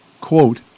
quote